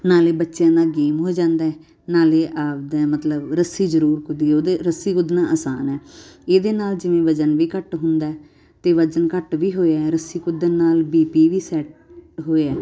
ਨਾਲੇ ਬੱਚਿਆਂ ਦਾ ਗੇਮ ਹੋ ਜਾਂਦਾ ਨਾਲੇ ਆਪਦੇ ਮਤਲਬ ਰੱਸੀ ਜ਼ਰੂਰ ਕੁੱਦੀਏ ਉਹਦੇ ਰੱਸੀ ਕੁੱਦਣਾ ਆਸਾਨ ਹੈ ਇਹਦੇ ਨਾਲ ਜਿਵੇਂ ਵਜ਼ਨ ਵੀ ਘੱਟ ਹੁੰਦਾ ਅਤੇ ਵਜ਼ਨ ਘੱਟ ਵੀ ਹੋਇਆ ਰੱਸੀ ਕੁੱਦਣ ਨਾਲ ਬੀ ਪੀ ਵੀ ਸੈੱਟ ਹੋਇਆ